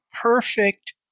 perfect